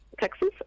Texas